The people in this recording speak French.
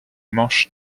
manches